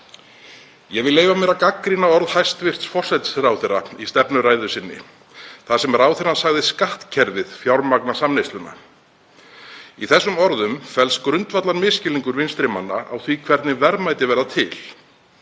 Ég vil leyfa mér að gagnrýna orð hæstv. forsætisráðherra í stefnuræðu sinni þar sem ráðherrann sagði skattkerfið fjármagna samneysluna. Í þessum orðum felst grundvallarmisskilningur vinstri manna á því hvernig verðmæti verða til.